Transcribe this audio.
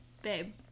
babe